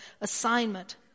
assignment